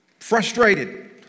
Frustrated